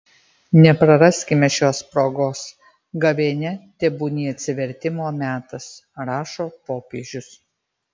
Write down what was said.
nepraraskime šios progos gavėnia tebūnie atsivertimo metas rašo popiežius